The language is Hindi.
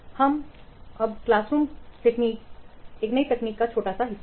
हम Cleanroom Technique नामक एक नई तकनीक का एक छोटा सा हिस्सा लेंगे